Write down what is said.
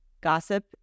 Gossip